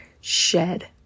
shed